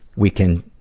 we can,